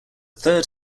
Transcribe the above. third